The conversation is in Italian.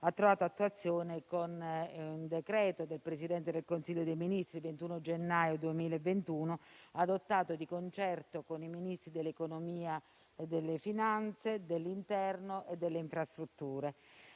ha trovato attuazione con il decreto del Presidente del Consiglio dei ministri del 21 gennaio 2021, adottato di concerto con i Ministri dell'economia e delle finanze, dell'interno e delle infrastrutture,